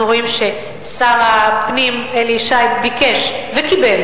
אנחנו רואים ששר הפנים אלי ישי ביקש וקיבל